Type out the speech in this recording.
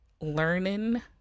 learning